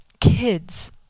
kids